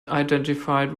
identified